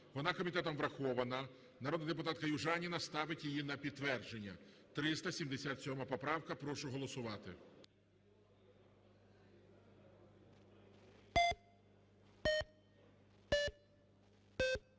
Вона комітетом врахована. Народна депутатка Южаніна ставить її на підтвердження. 377 поправка. Прошу голосувати.